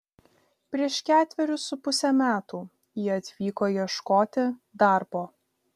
prieš ketverius su puse metų ji atvyko ieškoti darbo